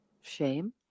shame